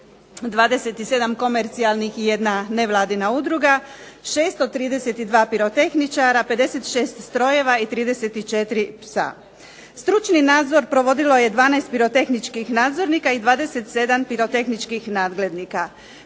27 komercijalnih i jedna nevladina udruga, 632 pirotehničara, 56 strojeva, i 34 psa. Stručni nadzor provodilo je 12 pirotehničkih nadzornika i 27 pirotehničkih nadglednika.